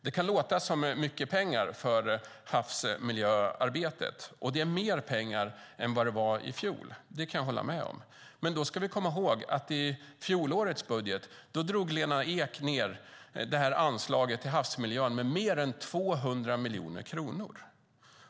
Det kan låta som mycket pengar för havsmiljöarbetet. Och det är mer pengar än vad det var i fjol; det kan jag hålla med om. Men då ska vi komma ihåg att i fjolårets budget drog Lena Ek ned det här anslaget till havsmiljön med mer än 200 miljoner kronor.